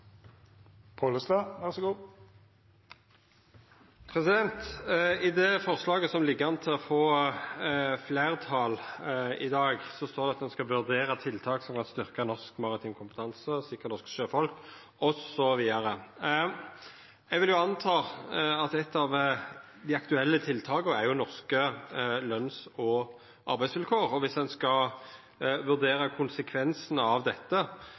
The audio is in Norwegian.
I det forslaget som ligg an til å få fleirtal i dag, står det at ein skal vurdera tiltak som kan styrkja norsk maritim kompetanse, sikra norske sjøfolk osv. Eitt av dei aktuelle tiltaka er norske løns- og arbeidsvilkår, og dersom ein skal vurdera konsekvensane av dette,